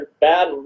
bad